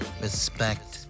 respect